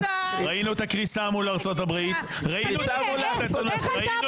ראינו את הקריסה מול ארצות הברית -- תגיד לי איך אתה,